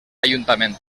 ajuntament